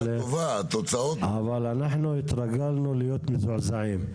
אבל אנחנו התרגלנו להיות מזועזעים.